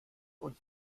uns